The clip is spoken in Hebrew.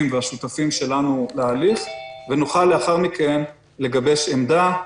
והשותפים שלנו להליך ונוכל לאחר מכן לגבש עמדה.